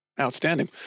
Outstanding